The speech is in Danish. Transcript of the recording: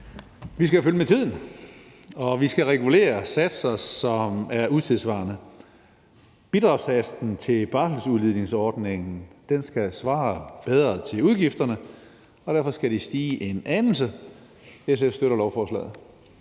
Vi skal følge med tiden, og vi skal regulere satser, som er utidssvarende. Bidragssatsen til barselsudligningsordningen skal bedre svare til udgifterne. Derfor skal den stige en anelse. SF støtter lovforslaget.